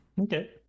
Okay